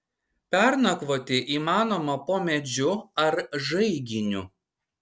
pernakvoti įmanoma po medžiu ar žaiginiu